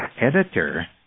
editor